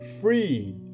free